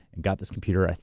got this computer, ah